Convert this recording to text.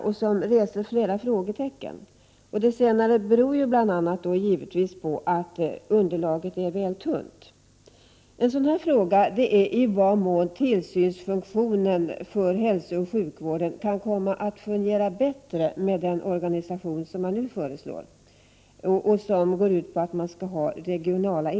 De reser också flera frågetecken, bl.a. beroende på att underlaget är tunt. En sådan fråga är i vad mån tillsynsfunktionen för hälsooch sjukvården kan komma att fungera bättre med den organisation som nu föreslås och som innebär att regionala enheter skall tillskapas.